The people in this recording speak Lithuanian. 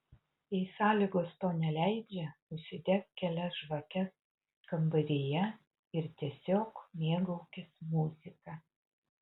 jei sąlygos to neleidžia užsidek kelias žvakes kambaryje ir tiesiog mėgaukis muzika